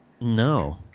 no